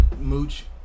Mooch